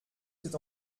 c’est